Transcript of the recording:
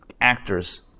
actors